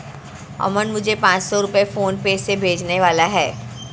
अमन मुझे पांच सौ रुपए फोनपे से भेजने वाला है